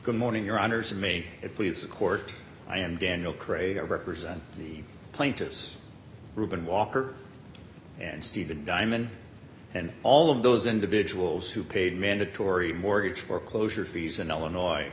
good morning your honour's and may it please the court i am daniel craig represent the plaintiffs reuben walker and stephen diamond and all of those individuals who paid mandatory mortgage foreclosure fees in illinois